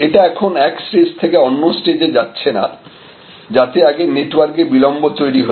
এটা এখন এক স্টেজ থেকে অন্য স্টেজে যাচ্ছে না যাতে আগে নেটওয়ার্কে বিলম্ব তৈরি হত